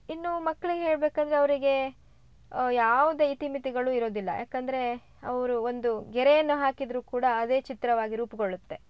ಇನ್ನು ಮಕ್ಳಿಗೆ ಹೇಳಬೇಕಂದ್ರೆ ಅವರಿಗೇ ಯಾವುದೇ ಇತಿಮಿತಿಗಳು ಇರೋದಿಲ್ಲ ಯಾಕಂದರೆ ಅವರು ಒಂದು ಗೆರೆಯನ್ನು ಹಾಕಿದರೂ ಕೂಡ ಅದೇ ಚಿತ್ರವಾಗಿ ರೂಪುಗೊಳ್ಳುತ್ತೆ